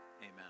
amen